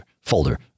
folder